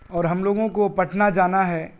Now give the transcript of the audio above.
اور ہم لوگوں کو پٹنہ جانا ہے